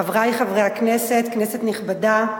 חברי חברי הכנסת, כנסת נכבדה,